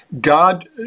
God